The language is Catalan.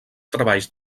treballs